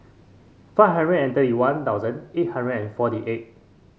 five hundred and thirty One Thousand eight hundred and forty eight